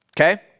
Okay